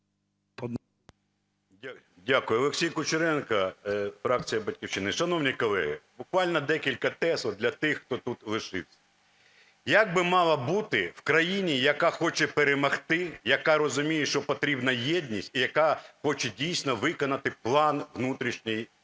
Дякую. Олексій Кучеренко, фракція "Батьківщина". Шановні колеги, буквально декілька тез от для тих, хто тут лишився. Як би мало бути в країні, яка хоче перемогти, яка розуміє, що потрібна єдність і яка хоче дійсно виконати план внутрішній від